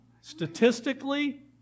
Statistically